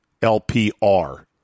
LPR